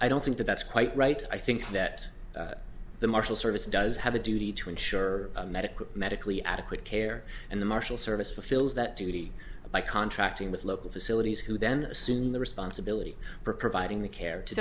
i don't think that that's quite right i think that the marshal service does have a duty to ensure medical medically adequate care and the marshal service fulfills that duty by contracting with local facilities who then assume the responsibility for providing the care to